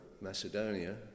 Macedonia